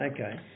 Okay